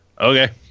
okay